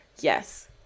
Yes